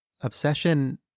obsession